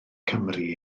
cymru